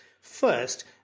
first